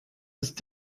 ist